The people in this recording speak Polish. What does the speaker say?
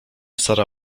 sara